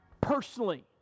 personally